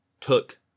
took